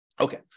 Okay